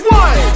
one